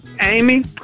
Amy